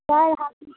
आउ